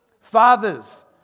Fathers